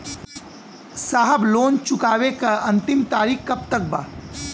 साहब लोन चुकावे क अंतिम तारीख कब तक बा?